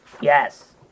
Yes